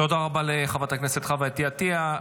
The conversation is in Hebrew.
תודה רבה לחברת הכנסת חוה אתי עטייה.